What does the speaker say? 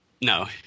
no